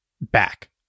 back